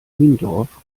niendorf